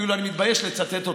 אני אפילו אני מתבייש לצטט אותה.